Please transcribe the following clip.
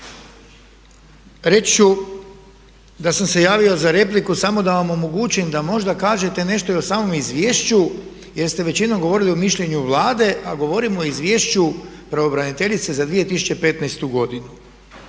Reći ću da sam se javio za repliku samo da vam omogućim da možda kažete nešto i o samom izvješću jer ste većinom govorili o mišljenju Vlade, a govorim o izvješću pravobraniteljice za 2015. godinu.